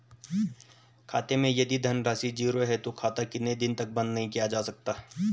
खाते मैं यदि धन राशि ज़ीरो है तो खाता कितने दिन तक बंद नहीं किया जा सकता?